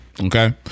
Okay